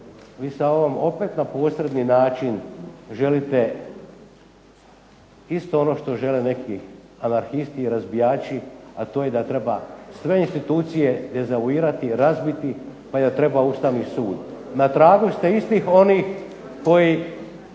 Vi sada ovom na posredni način želite isto ono što žele neki anarhisti i razbijači a to je da treba sve institucije dezavuirati, razbiti pa da treba i Ustavni sud. Na tragu ste istih onih koji